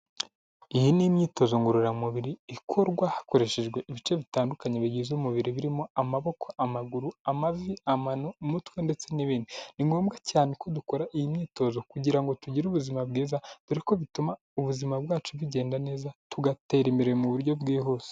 Iyi ni imyitozo ngororamubiri ikorwa hakoreshejwe ibice bitandukanye bigize umubiri birimo amaboko, amaguru, amavi, amano, umutwe ndetse n'ibindi. Ni ngombwa cyane ko dukora iyi myitozo kugira ngo tugire ubuzima bwiza dore ko bituma ubuzima bwacu bugenda neza tugatera imbere mu buryo bwihuse.